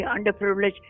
underprivileged